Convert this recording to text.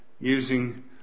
using